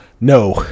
No